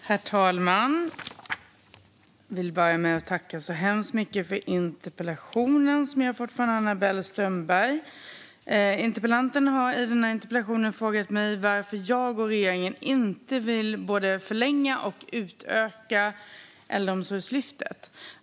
Herr talman! Jag vill börja med att tacka för interpellationen som jag har fått från Anna-Belle Strömberg. Interpellanten har frågat mig varför jag och regeringen inte vill både förlänga och utöka Äldreomsorgslyftet.